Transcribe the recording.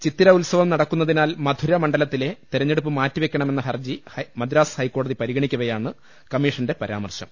ചിത്തിര ഉത്സവം നടക്കുന്നതിനാൽ മധുര മണ്ഡലത്തിലെ തെരഞ്ഞെടുപ്പ് മാറ്റിവെക്കണമെന്ന ഹർജി മദ്രാസ് ഹൈക്കോടതി പരിഗണിക്ക വെയാണ് കമ്മീഷന്റെ പരാമർശം